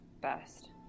best